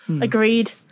agreed